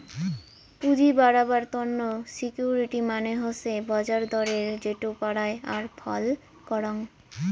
পুঁজি বাড়াবার তন্ন সিকিউরিটি মানে হসে বাজার দরে যেটো পারায় আর ফাল করাং